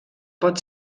pot